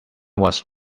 was